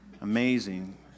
Amazing